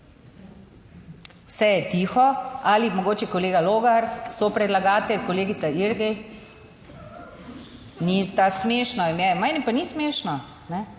Vse je tiho. Ali mogoče kolega Logar, sopredlagatelj, kolegica Irgl. Nista smešno meni pa ni smešno